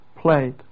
played